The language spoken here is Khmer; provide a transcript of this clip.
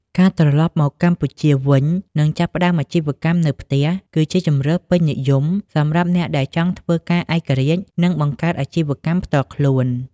ការត្រឡប់មកកម្ពុជាវិញ និងចាប់ផ្តើមអាជីវកម្មនៅផ្ទះ គឺជាជម្រើស ពេញនិយមសម្រាប់អ្នកដែលចង់ធ្វើការឯករាជ្យ និងបង្កើតអាជីវកម្មផ្ទាល់ខ្លួន។